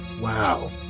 Wow